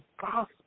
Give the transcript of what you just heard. gospel